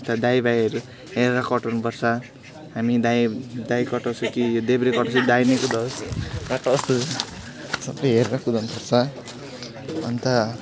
यस्तो दायाँबायाँहरू हेरेर कटाउनु पर्छ हामी दायाँ दायाँ कटाउँछु कि यो देब्रे कटाउँछु दाहिनु कुदाउँछु र त्यस्तो सबै हेरेर कुदाउनु पर्छ अन्त